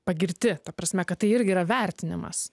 pagirti ta prasme kad tai irgi yra vertinimas